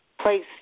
place